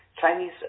Chinese